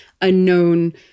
unknown